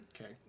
Okay